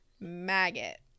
maggot